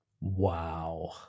wow